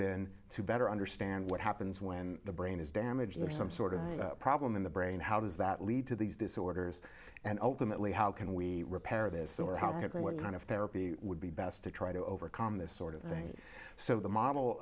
been to better understand what happens when the brain is damaged there some sort of problem in the brain how does that lead to these disorders and ultimately how can we repair this or how quickly what kind of therapy would be best to try to overcome this sort of thing so the model